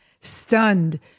stunned